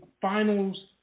finals